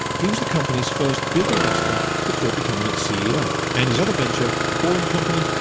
he was the company's first big investor before becoming its ceo. and his other venture, the boring company,